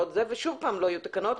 ושוב פעם לא יהיו תקנות,